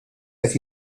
qed